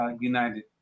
United